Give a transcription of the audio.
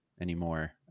anymore